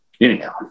anyhow